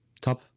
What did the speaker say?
top